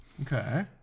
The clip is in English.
Okay